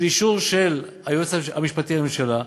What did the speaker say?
את האישור של היועץ המשפטי לממשלה,